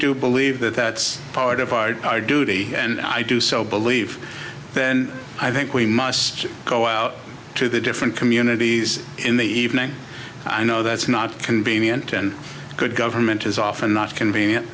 do believe that that's part of our hard duty and i do so believe then i think we must go out to the different communities in the evening i know that's not convenient and good government is often not convenient